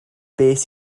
beth